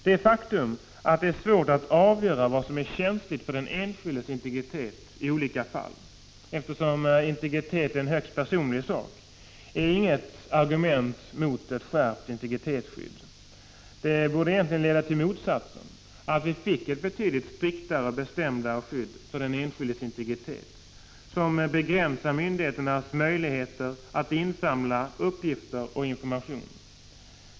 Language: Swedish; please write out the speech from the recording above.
Det faktum att det är svårt att avgöra vad som är känsligt för den enskildes integritet i olika fall, eftersom integritet är en högst personlig sak, är inget argument mot ett skärpt integritetsskydd. Det borde egentligen leda till motsatsen, dvs. att vi fick ett betydligt striktare och bestämdare skydd, som begränsar myndigheternas möjligheter att insamla uppgifter och information.